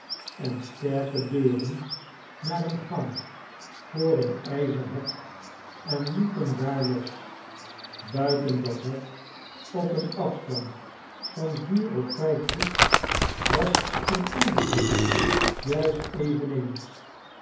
en sterke deuren naar een gang voor een ijzer hek en liet hem daar los buiten dat hek op een afstand van vier of vijf voet was een ander hek juist eveneens